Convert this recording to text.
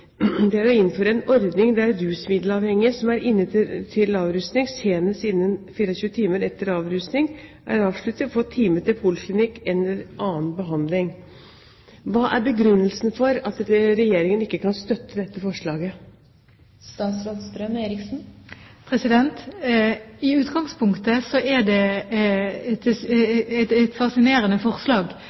Det er å innføre en ordning der rusmiddelavhengige som er inne til avrusning, senest innen 24 timer etter avrusning er avsluttet får time på poliklinikk eller annen behandling. Hva er begrunnelsen for at Regjeringen ikke kan støtte dette forslaget? I utgangspunktet er det et fascinerende forslag at man bare ved å innføre en 24-timersrett skulle klare å få et